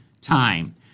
time